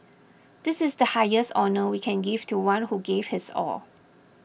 this is the highest honour we can give to one who gave his all